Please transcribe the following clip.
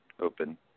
open